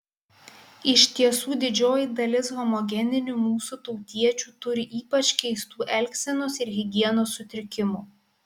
iš tiesų didžioji dalis homogeninių mūsų tautiečių turi ypač keistų elgsenos ir higienos sutrikimų